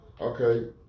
Okay